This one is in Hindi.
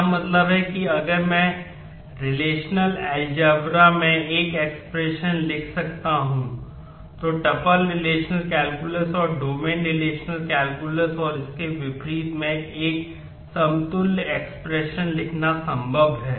क्या मतलब है कि अगर मैं रिलेशनल अलजेब्रा और इसके विपरीत में एक समतुल्य expression लिखना संभव है